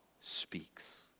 speaks